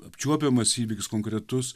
apčiuopiamas įvykis konkretus